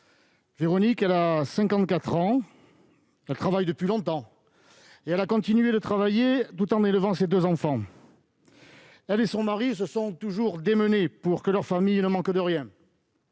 a cinquante-quatre ans. Elle travaille depuis longtemps, et elle a continué de travailler tout en élevant ses deux enfants. Elle et son mari se sont toujours démenés pour que leur famille ne manque de rien.